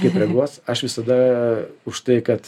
kaip reaguos aš visada už tai kad